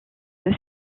deux